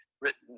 written